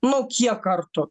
nu kiek kartų